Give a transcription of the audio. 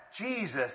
Jesus